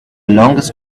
longest